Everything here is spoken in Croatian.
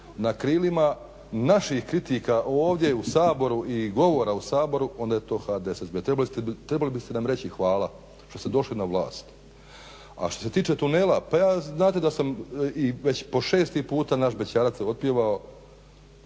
na krilima naših kritika ovdje u Saboru i govora u Saboru onda je to HDSSB, trebali biste nam reći hvala što ste došli na vlast. A što se tiče tunela, pa ja, znate da sam i već po šesti puta naš bećarac otpjevao